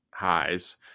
Highs